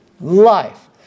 life